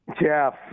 Jeff